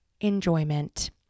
enjoyment